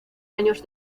años